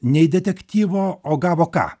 nei detektyvo o gavo ką